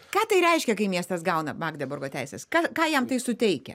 ką tai reiškia kai miestas gauna magdeburgo teises ką jam tai suteikia